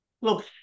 Look